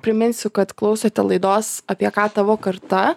priminsiu kad klausote laidos apie ką tavo karta